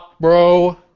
bro